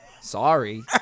Sorry